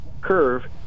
curve